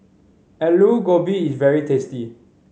Aloo Gobi is very tasty